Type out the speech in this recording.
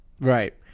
right